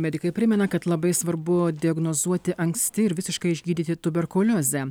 medikai primena kad labai svarbu diagnozuoti anksti ir visiškai išgydyti tuberkuliozę